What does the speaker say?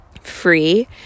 free